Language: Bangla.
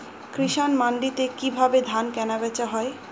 কৃষান মান্ডিতে কি ভাবে ধান কেনাবেচা হয়?